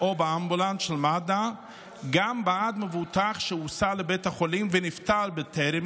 או באמבולנס של מד"א גם בעד מבוטח שהוסע לבית החולים ונפטר בטרם